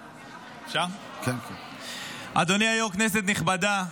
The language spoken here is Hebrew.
היושב-ראש, כנסת נכבדה,